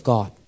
God